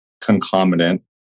concomitant